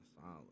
solid